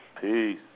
Peace